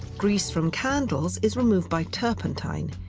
grease from candles is removed by turpentine.